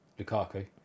Lukaku